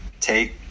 take